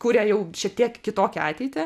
kuria jau šiek tiek kitokią ateitį